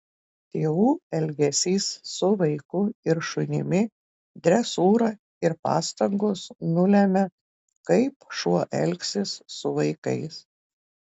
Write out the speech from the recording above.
tėvų elgesys su vaiku ir šunimi dresūra ir pastangos nulemia kaip šuo elgsis su vaikais